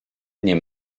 nie